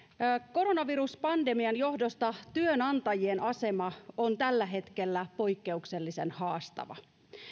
koronaviruspandemian johdosta työnantajien asema on tällä hetkellä poikkeuksellisen haastava